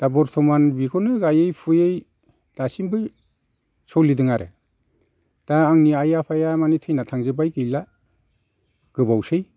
दा बर्थमान बिखौनो गायै फुयै दासिमबो सोलिदों आरो दा आंनि आइ आफाया मानि थैना थांजोब्बाय गैला गोबावसै